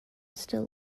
still